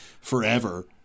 forever